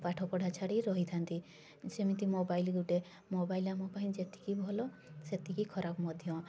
ପାଠପଢ଼ା ଛାଡ଼ି ରହିଥାନ୍ତି ସେମିତି ମୋବାଇଲ ଗୋଟେ ମୋବାଇଲ ଆମ ପାଇଁ ଯେତିକି ଭଲ ସେତିକି ଖରାପ ମଧ୍ୟ